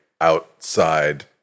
outside